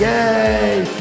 Yay